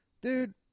Dude